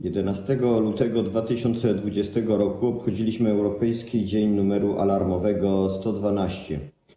11 lutego 2020 r. obchodziliśmy Europejski Dzień Numeru Alarmowego 112.